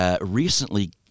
recently